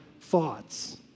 thoughts